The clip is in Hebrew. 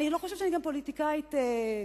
אני לא חושבת שאני פוליטיקאית משופשפת,